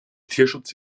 tierschutz